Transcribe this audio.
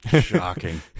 shocking